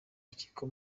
rukiko